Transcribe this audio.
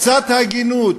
קצת הגינות,